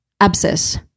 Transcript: abscess